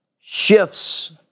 shifts